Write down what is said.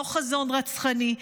לא חזון רצחני,